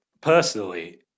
personally